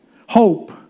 Hope